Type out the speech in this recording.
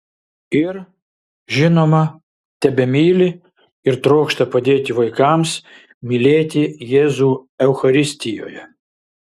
ir žinoma tebemyli ir trokšta padėti vaikams mylėti jėzų eucharistijoje